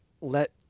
let